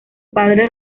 padre